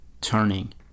turning